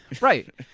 right